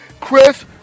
Chris